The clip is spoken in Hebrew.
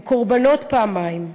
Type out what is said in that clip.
הם קורבנות פעמיים: